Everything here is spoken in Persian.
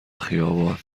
خیابان